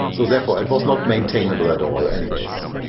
so therefore, it was not maintainable at all anyways.